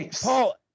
Paul